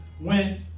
went